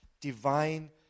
divine